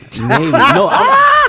no